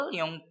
yung